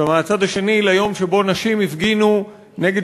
ומהצד השני ליום שבו נשים הפגינו נגד